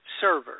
server